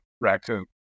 raccoon